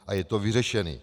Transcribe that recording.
A je to vyřešené.